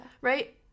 Right